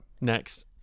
Next